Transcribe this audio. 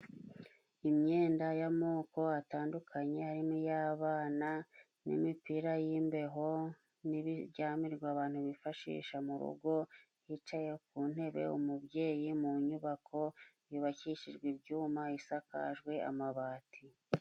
Imyenda y'amoko atandukanye, arimo iy'abana n'imipira y'imbeho, n'biryamirwa abantu bifashisha mu rugo, yicaye ku ntebe umubyeyi mu nyubako yubakishijwe ibyuma isakajwe amabati.